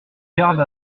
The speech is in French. garde